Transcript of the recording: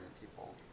people